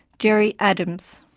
jerry adams.